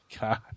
God